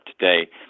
today